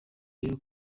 rero